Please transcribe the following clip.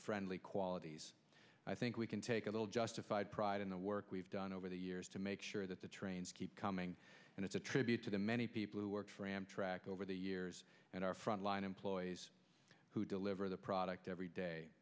friendly quality i think we can take a little justified pride in the work we've done over the years to make sure that the trains keep coming and it's a tribute to the many people who work for amtrak over the years and our frontline employees who deliver the product every day